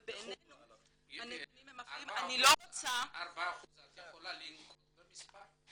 ובעינינו הנתונים הם --- אני לא רוצה --- 4% את יכולה לנקוב במספר?